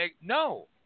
No